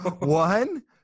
one